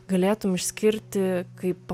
galėtum išskirti kaip